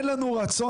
אין לנו רצון,